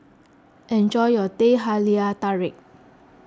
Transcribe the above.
enjoy your Teh Halia Tarik